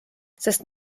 sest